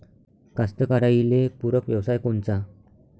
कास्तकाराइले पूरक व्यवसाय कोनचा?